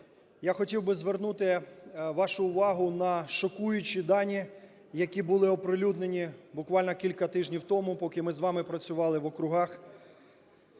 я хотів би звернути вашу увагу на шокуючі дані, які були оприлюднені буквально кілька тижнів тому, поки ми з вами працювали в округах: